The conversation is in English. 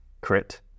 crit